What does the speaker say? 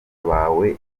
bawe